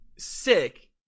sick